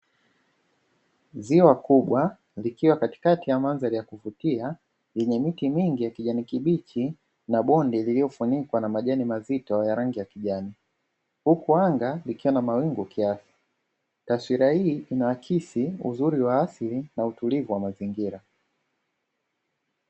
Ziwa kubwa likiwa katikati ya mandhari ya kuvutia, yanye miti mingi ya kijani kibichi na bonde lililofunikwa na majani mazito ya rangi ya kijani, huku anga likiwa na mawingu kiasi, taswira hii inaakisi uzuri wa asili na utulivu wa mazingira.